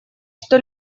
что